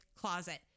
closet